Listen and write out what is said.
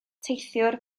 teithiwr